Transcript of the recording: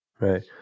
right